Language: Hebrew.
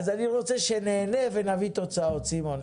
אני רוצה שנהנה ונביא תוצאות סימון.